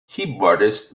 keyboardist